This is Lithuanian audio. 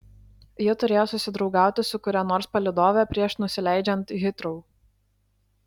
ji turėjo susidraugauti su kuria nors palydove prieš nusileidžiant hitrou